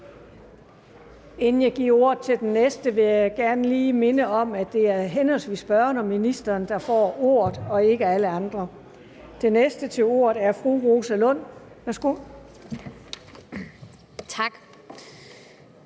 Inden jeg giver ordet til den næste, vil jeg gerne lige minde om, at det er henholdsvis spørgeren og ministeren, der får ordet, og ikke alle andre. Den næste til at få ordet er fru Rosa Lund, værsgo. Kl.